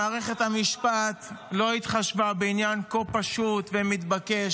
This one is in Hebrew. מערכת המשפט לא התחשבה בעניין כה פשוט ומתבקש,